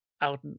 out